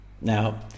Now